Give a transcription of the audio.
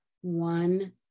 one